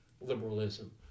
liberalism